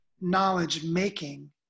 knowledge-making